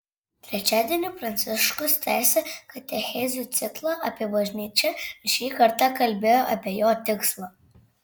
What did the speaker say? trečiadienį pranciškus tęsė katechezių ciklą apie bažnyčią ir šį kartą kalbėjo apie jo tikslą